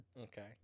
Okay